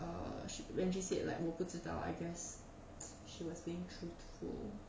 err sh~ when she said like 我不知道 I guess she was being truthful